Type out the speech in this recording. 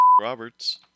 Roberts